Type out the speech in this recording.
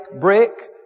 brick